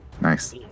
nice